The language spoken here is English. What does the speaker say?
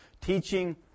teaching